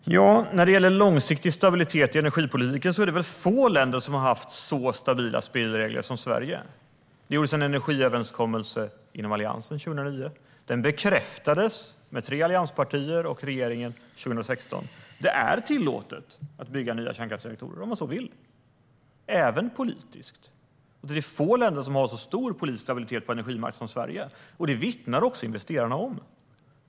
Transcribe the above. Fru talman! När det gäller långsiktig stabilitet i energipolitiken är det få länder som har haft så stabila spelregler som Sverige. Det gjordes en energiöverenskommelse inom Alliansen 2009. Den bekräftades av tre allianspartier och regeringen 2016. Det är tillåtet - även politiskt - att bygga nya kärnkraftsreaktorer om man så vill. Det är få länder som har så stor politisk stabilitet på energimarknaden som Sverige, det vittnar också investerarna om.